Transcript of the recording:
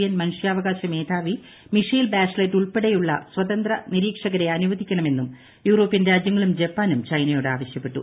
N മനുഷ്യാവകാശ്രൂമേധാവി Michelle Bachelet ഉൾപ്പെടെയുള്ള സ്വതന്ത്ര നിരീക്ഷകരെ അനുവദിക്കണമെന്നും യൂറോപ്യൻ രാജ്യങ്ങളും ജപ്പാനും ചൈനയോട് ആവശ്യപ്പെട്ടു